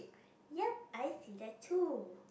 yup I see that too